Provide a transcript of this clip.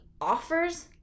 offers